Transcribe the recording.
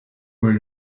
were